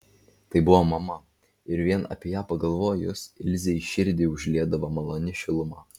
tai buvo mama ir vien apie ją pagalvojus ilzei širdį užliedavo maloni šiluma